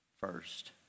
first